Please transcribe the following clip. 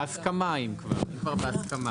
אם כבר אז בהסכמה.